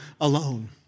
alone